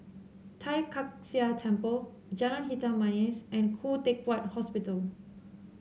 Tai Kak Seah Temple Jalan Hitam Manis and Khoo Teck Puat Hospital